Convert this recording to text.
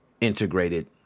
integrated